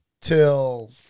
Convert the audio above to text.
till